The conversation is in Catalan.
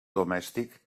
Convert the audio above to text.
domèstic